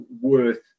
worth